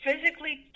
physically